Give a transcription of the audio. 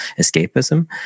escapism